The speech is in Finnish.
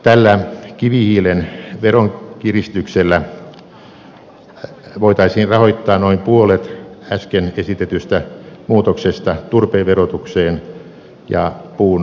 tällä kivihiilen veronkiristyksellä voitaisiin rahoittaa noin puolet äsken esitetystä muutoksesta turpeen verotukseen ja puun syöttötariffiin